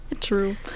True